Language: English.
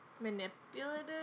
manipulative